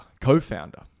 co-founder